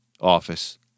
office